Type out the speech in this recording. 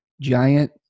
giant